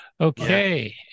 okay